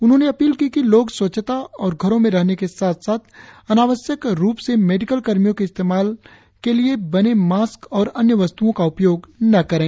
उन्होंने अपील की कि लोग स्वच्छता और घरों में रहने के साथ साथ अनावश्यक रुप से मेडिकल कर्मियों के इस्तेमाल के लिए बने मास्क और अन्य वस्त्ओं का उपयोग न करें